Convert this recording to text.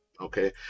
okay